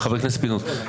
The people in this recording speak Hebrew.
חבר הכנסת פינדרוס,